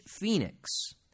Phoenix